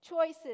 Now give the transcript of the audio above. choices